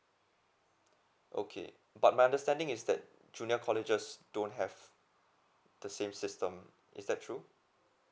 okay but my understanding is that junior colleges don't have the same system is that true